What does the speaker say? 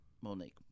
Monique